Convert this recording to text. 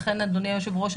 אדוני היושב-ראש,